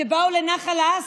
אחריו, חבר הכנסת ינון אזולאי.